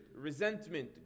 resentment